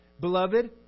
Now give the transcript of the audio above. Beloved